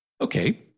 okay